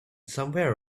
somewhere